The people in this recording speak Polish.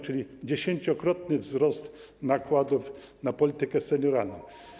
Czyli to dziesięciokrotny wzrost nakładów na politykę senioralną.